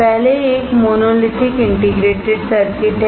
पहले एक monolithic integrated circuit है